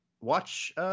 watch –